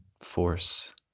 force